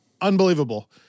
Unbelievable